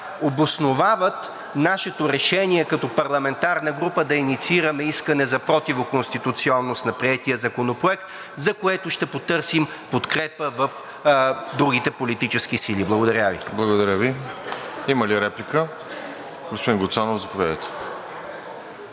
обосновават нашето решение като парламентарна група да инициираме искане за противоконституционност на приетия законопроект, за което ще потърсим подкрепа в другите политически сили. Благодаря Ви. Има ли реплики? Господин Гуцанов, заповядайте.